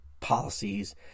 policies